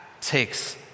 takes